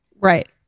right